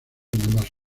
ambas